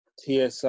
TSI